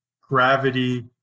gravity